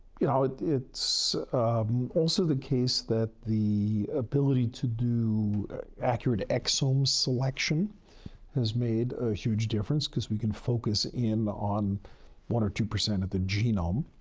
you know, it's also the case that the ability to do accurate exome selection has made a huge difference, because we can focus in on one or two percent of the genome.